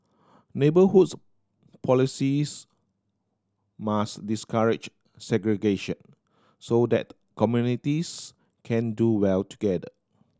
neighbourhoods policies must discourage segregation so that communities can do well together